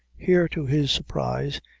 here, to his surprise,